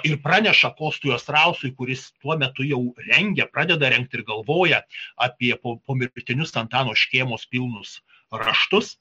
ir praneša kostui ostrauskui kuris tuo metu jau rengia pradeda rengti ir galvoja apie po pomirtinius antano škėmos pilnus raštus